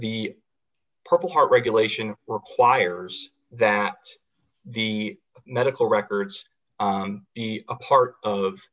the purple heart regulation requires that to the medical records part of